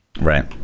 right